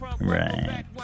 Right